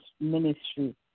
ministry